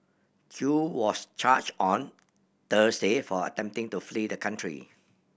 Chew was charge on Thursday for attempting to flee the country